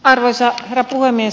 arvoisa herra puhemies